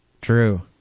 True